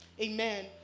Amen